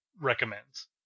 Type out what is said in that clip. recommends